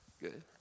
good